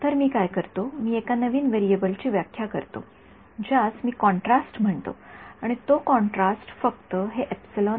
तर मी काय करतो मी एका नवीन व्हेरिएबल ची व्याख्या करतो ज्यास मी कॉन्ट्रास्ट म्हणतो आणि तो कॉन्ट्रास्ट फक्त हे आहे